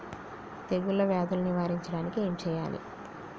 తెగుళ్ళ వ్యాధులు నివారించడానికి ఏం చేయాలి?